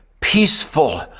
peaceful